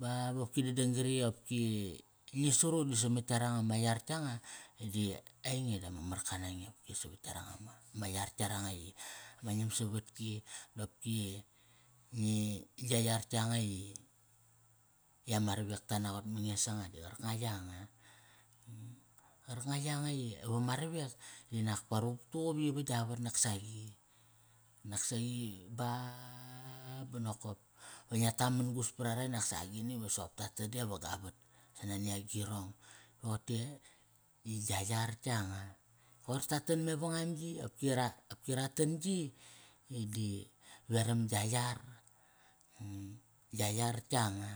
Va vopki dadang gari opki, ngi saru di samat yaranga ma yar yanga. di ainge di ama marka nange. Qopki savat yaranga ma yar yaranga i ama ngiam savatki, dopki, ngi gia yar yanga i, i ama ravek ta naqot ma nge sanga di qarkanga yanga. Qarkanga yanga i va ma ravekdinak pa ruqup tuqup i va gia vat naksaqi. Naksaqi baaa, ba nokop va ngia tamangus para ra va nak sa agini va soqop ta tade va ga vat. Sa nani agirong. Rote i gia yar yanga. Qoir ta tan mevangam yi, opki ra, opki ra tan yi di veram gia yar. Gia yar yanga.